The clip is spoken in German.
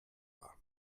war